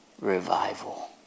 revival